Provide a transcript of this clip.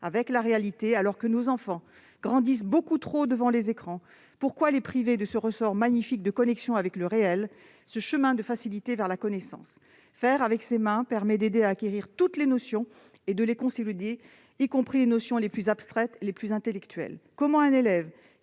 avec la réalité, alors que nos enfants grandissent beaucoup trop devant les écrans, pourquoi les priver de ce ressort magnifique de connexion avec le réel, de ce chemin de facilité vers la connaissance ? Faire avec ses mains permet d'aider à acquérir toutes les notions et à les consolider, y compris les notions les plus abstraites et les plus intellectuelles. Sinon comment un élève